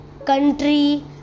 country